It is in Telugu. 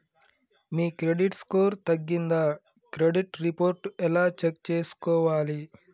మీ క్రెడిట్ స్కోర్ తగ్గిందా క్రెడిట్ రిపోర్ట్ ఎలా చెక్ చేసుకోవాలి?